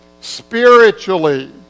spiritually